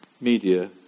media